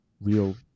real